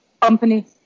company